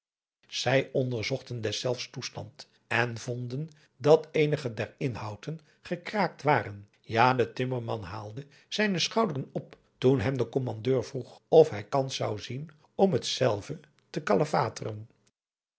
zij onderzochten deszelfs toestand en vonden dat eenige der inhouten gekraakt waren ja de timmerman haalde zijne schouderen op toen hem de kommandeur vroeg of hij kans zou zien om hetzelve te